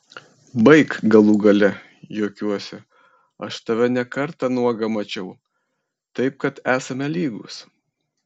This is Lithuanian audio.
baik galų gale juokiuosi aš tave ne kartą nuogą mačiau taip kad esame lygūs